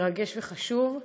מרגש וחשוב.